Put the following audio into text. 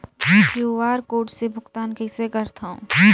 QR code से भुगतान कइसे करथव?